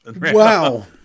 Wow